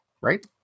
right